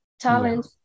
Talent